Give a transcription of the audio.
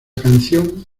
canción